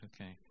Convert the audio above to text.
Okay